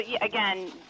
again